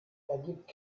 ergibt